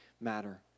matter